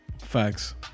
Facts